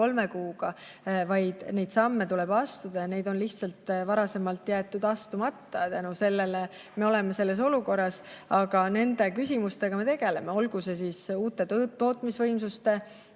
kolme kuuga, vaid neid samme tuleb astuda ja need on varasemalt lihtsalt jäetud astumata. Selle tõttu me oleme selles olukorras. Aga nende küsimustega me tegeleme, olgu see siis uute tootmisvõimsuste